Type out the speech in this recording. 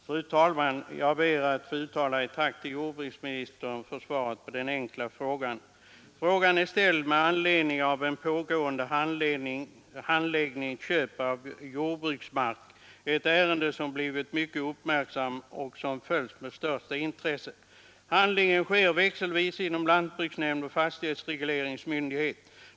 Fru talman! Jag ber att få uttala mitt tack till jordbruksministern för svaret på den enkla frågan. Frågan är ställd med anledning av en pågående handläggning av köp av jordbruksmark, ett ärende som blivit mycket uppmärksammat och följts med största intresse. Handläggningen sker växelvis inom lantbruksnämnd och fastighetsregleringsmyndighet.